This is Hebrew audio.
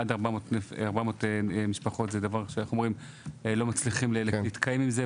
400 משפחות זה דבר שלא מצליחים להתקיים עם זה,